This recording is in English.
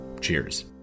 Cheers